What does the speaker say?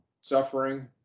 Suffering